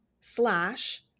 slash